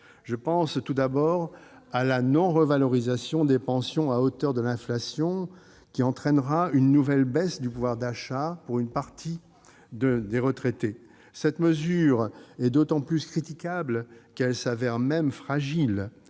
Je pense tout d'abord à la non-revalorisation des pensions à hauteur de l'inflation, qui va avoir pour effet une nouvelle baisse du pouvoir d'achat pour une partie des retraités. Cette mesure est d'autant plus critiquable qu'elle s'avère fragile